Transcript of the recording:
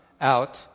out